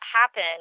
happen